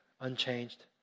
unchanged